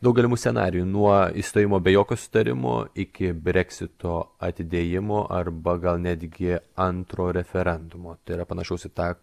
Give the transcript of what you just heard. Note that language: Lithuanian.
daug galimų scenarijų nuo išstojimo be jokio susitarimo iki breksito atidėjimo arba gal netgi antro referendumo tai yra panašus į tą